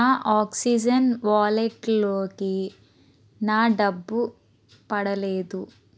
నా ఆక్సిజెన్ వాలెట్లోకి నా డబ్బు పడలేదు